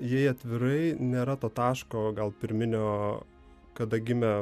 jei atvirai nėra to taško gal pirminio kada gimė